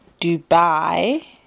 dubai